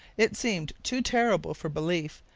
it seems too terrible for belief,